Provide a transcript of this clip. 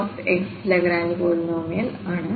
L1 ലാഗ്രാഞ്ച്പോളിനോമിയൽആണ്